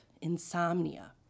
insomnia